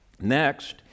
Next